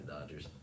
Dodgers